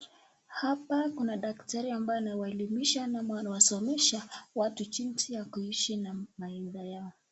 Hapa kuna daktari ambaye anawaelimisha ama anawasomesha watu kuishi na mawaidha yao.